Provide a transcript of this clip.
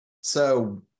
So-